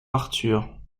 arthur